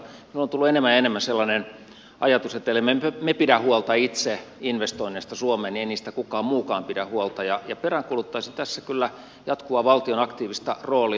minulle on tullut enemmän ja enemmän sellainen ajatus että ellemme me pidä huolta itse investoinneista suomeen niin ei niistä kukaan muukaan pidä huolta ja peräänkuuluttaisin tässä kyllä jatkuvaa valtion aktiivista roolia